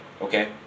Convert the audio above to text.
okay